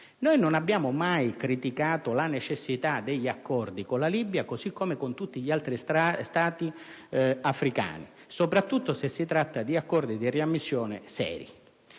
che non abbiamo mai criticato la necessità degli accordi con la Libia così come con tutti gli altri Stati africani, soprattutto se si tratta di accordi di riammissione